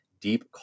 deep